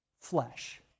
Flesh